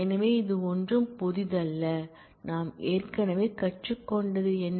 எனவே இது ஒன்றும் புதிதல்ல நாம் ஏற்கனவே கற்றுக்கொண்டது என்ன